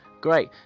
Great